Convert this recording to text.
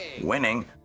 Winning